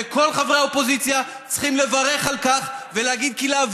כשיש פה נשיא אמריקני שנעמד, לצידה של